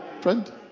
friend